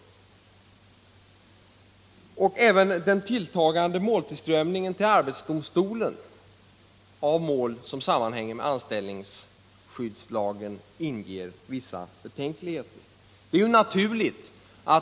Även den tilltagande strömmen till arbetsdomstolen av mål som sammanhänger med anställningsskyddslagen inger vissa betänkligheter.